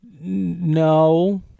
no